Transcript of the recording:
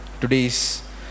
today's